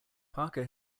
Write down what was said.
parker